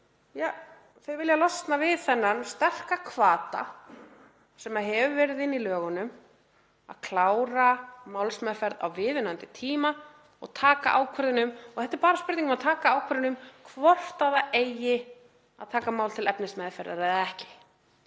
Þau vilja losna við þennan sterka hvata sem hefur verið í lögunum um að klára málsmeðferð á viðunandi tíma og taka ákvörðun um — og þetta er bara spurning um að taka ákvörðun um hvort það eigi að taka mál til efnismeðferðar eða ekki.